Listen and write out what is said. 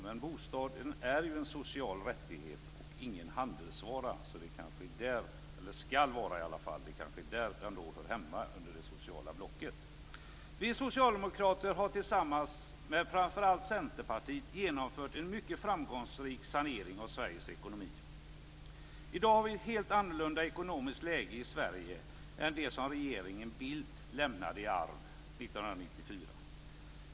Men bostaden är ju en social rättighet och ingen handelsvara, eller skall i varje fall vara det. Bostadspolitiken kanske därför hör hemma under det sociala blocket. Vi socialdemokrater har tillsammans med framför allt Centerpartiet genomfört en mycket framgångsrik sanering av Sveriges ekonomi. I dag har vi ett helt annorlunda ekonomiskt läge i Sverige än det som regeringen Bildt lämnade i arv 1994.